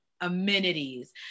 amenities